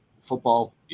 football